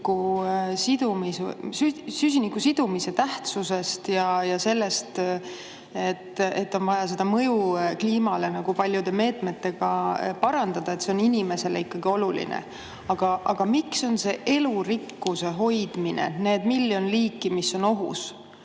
süsinikusidumise tähtsusest ja sellest, et on vaja seda mõju kliimale paljude meetmetega parandada, et see on inimestele ikkagi oluline. Aga see elurikkuse hoidmine, need miljon liiki, mis on ohus,